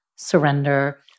surrender